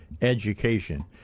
education